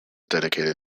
dedicated